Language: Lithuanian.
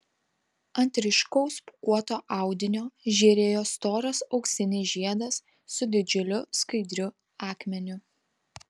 ant ryškaus pūkuoto audinio žėrėjo storas auksinis žiedas su didžiuliu skaidriu akmeniu